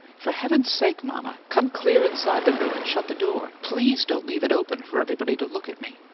for heaven's sake, mama, come clear inside the room and shut the door! please don't leave it open for everybody to look at me!